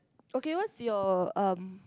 okay what's your um